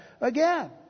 again